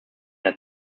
hat